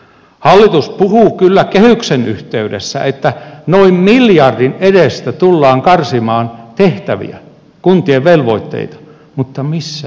hallitus puhuu kyllä kehyksen yhteydessä että noin miljardin edestä tullaan karsimaan tehtäviä kuntien velvoitteita mutta missä se näkyy